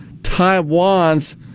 Taiwan's